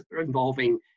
involving